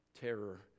terror